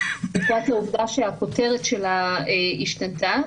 מלבד ההודעה שהכותרת שלה השתנתה,